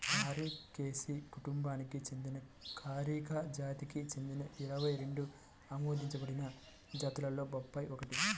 కారికేసి కుటుంబానికి చెందిన కారికా జాతికి చెందిన ఇరవై రెండు ఆమోదించబడిన జాతులలో బొప్పాయి ఒకటి